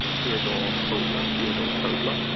theodor tobler theodor tobler,